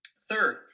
Third